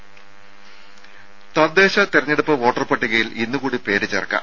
രംഭ തദ്ദേശ തെരഞ്ഞെടുപ്പ് വോട്ടർ പട്ടികയിൽ ഇന്ന് കൂടി പേര് ചേർക്കാം